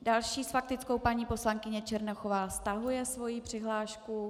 Další s faktickou paní poslankyně Černochová, stahuje svoji přihlášku.